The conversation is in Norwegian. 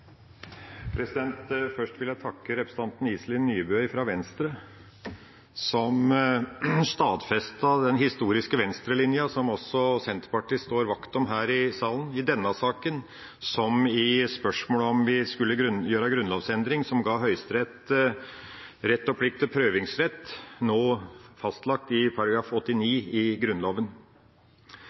Først vil jeg takke representanten Iselin Nybø fra Venstre, som stadfestet den historiske Venstre-linja, som også Senterpartiet står vakt om her i salen – i denne saken som i spørsmålet om vi skulle gjøre en grunnlovsendring som ga Høyesterett rett og plikt til prøvingsrett, nå fastlagt i § 89 i Grunnloven.